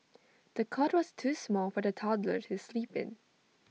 the cot was too small for the toddler to sleep in